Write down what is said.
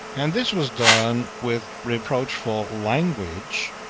and this was done with reproachful language,